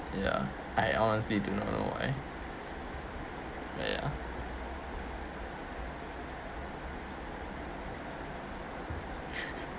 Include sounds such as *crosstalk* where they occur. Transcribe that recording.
ya I honestly do not know why but ya *laughs*